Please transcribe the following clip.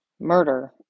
murder